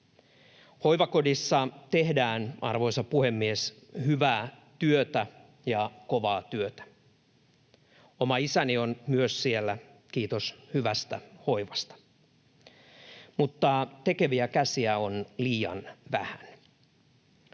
Hoivakodissa tehdään, arvoisa puhemies, hyvää työtä ja kovaa työtä — myös oma isäni on siellä, kiitos hyvästä hoivasta — mutta tekeviä käsiä on liian vähän.